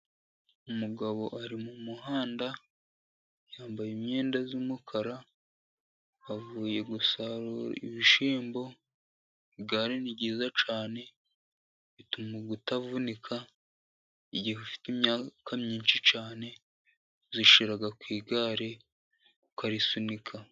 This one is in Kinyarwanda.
Umugabo ari mu muhanda yambaye imyenda y'umukara avuye gusarura ibishyimbo. Igare ni ryiza cyane rituma utavunika igihe ufite imyaka myinshi cyane, uyishira ku igare ukarisunika.